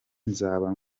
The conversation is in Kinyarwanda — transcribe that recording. nzaba